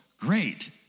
great